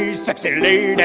yeah sexy lady,